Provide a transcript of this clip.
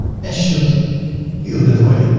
and should feel that way.